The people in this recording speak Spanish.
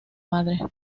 madre